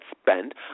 spend